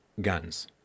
guns